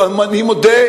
אני מודה,